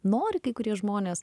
nori kai kurie žmonės